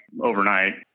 overnight